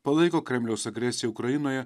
palaiko kremliaus agresiją ukrainoje